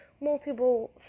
multiple